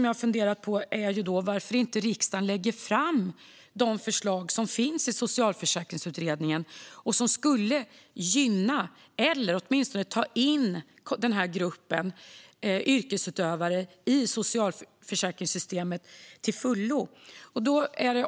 Jag har funderat på varför inte riksdagen lägger fram de förslag som finns från Socialförsäkringsutredningen och som skulle gynna eller åtminstone ta in denna grupp yrkesutövare i socialförsäkringssystemet till fullo.